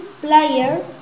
player